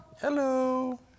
Hello